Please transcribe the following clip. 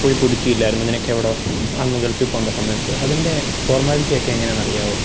പോയി പുതിക്കിയില്ലായിരുന്നോ നിനക്കെവിടെയോ അന്ന് ഗൽഫിൽ പോവേണ്ട സമയത്ത് അതിൻ്റെ ഫോർമാലിറ്റിയൊക്കെ എങ്ങനെയാണെന്ന് അറിയാമോ